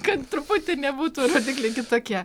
kad truputį nebūtų rodikliai kitokie